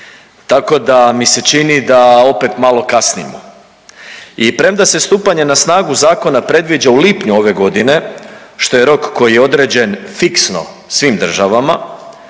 tako da mi se čini da opet malo kasnimo. I premda se stupanje na snagu zakona predviđa u lipnju ove godine, što je rok koji je određen fiksno svim državama,